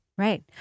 Right